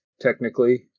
technically